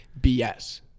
BS